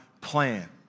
plan